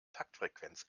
taktfrequenz